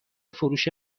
فروش